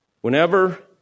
Whenever